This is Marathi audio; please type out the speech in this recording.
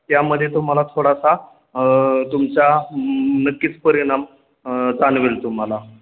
यामध्ये तुम्हाला थोडासा तुमच्या नक्कीच परिणाम जाणवेल तुम्हाला